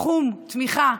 תחום תמיכה,